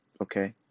Okay